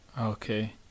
Okay